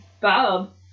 Bob